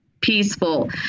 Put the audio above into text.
peaceful